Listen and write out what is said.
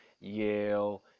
Yale